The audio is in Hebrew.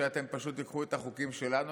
כשאתם פשוט תיקחו את החוקים שלנו,